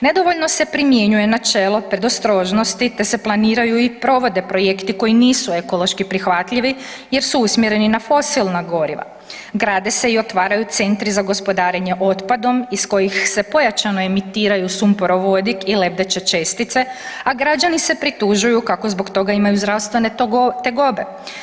Nedovoljno se primjenjuje načelo predostrožnosti te se planiraju i provode projekti koji nisu ekološki prihvatljivi jer su usmjereni na fosilna goriva, grade se i otvaraju centri za gospodarenje otpadom iz kojih se pojačano emitiraju sumporovodik i lebdeće čestice, a građani se pritužuju kako zbog toga imaju zdravstvene tegobe.